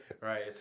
Right